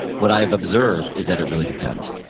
what i have observed is that it really depends.